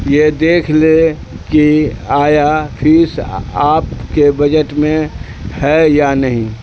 یہ دیکھ لیں کہ آیا فیس آپ کے بجٹ میں ہے یا نہیں